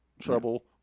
trouble